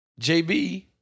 JB